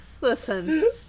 Listen